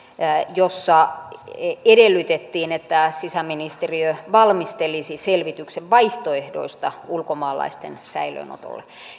jossa edellytettiin että sisäministeriö valmistelisi selvityksen vaihtoehdoista ulkomaalaisten säilöönotolle